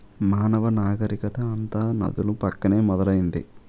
మానవ నాగరికత అంతా నదుల పక్కనే మొదలైంది